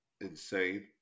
insane